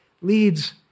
leads